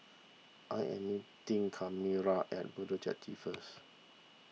I am meeting Kamora at Bedok Jetty first